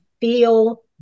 feel